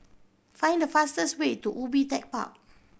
find the fastest way to Ubi Tech Park